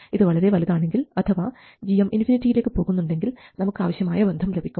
ഇത് വളരെ വലുതാണെങ്കിൽ അഥവാ gm ഇൻഫിനിറ്റിയിലേക്ക് പോകുന്നുണ്ടെങ്കിൽ നമുക്ക് ആവശ്യമായ ബന്ധം ലഭിക്കും